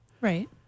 right